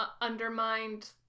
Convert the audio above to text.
undermined